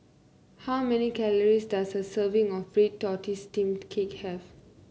how many calories does a serving of Red Tortoise Steamed Cake have